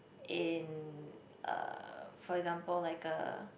in uh for example like a